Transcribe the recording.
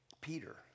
Peter